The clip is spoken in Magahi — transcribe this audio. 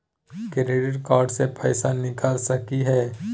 क्रेडिट कार्ड से पैसा निकल सकी हय?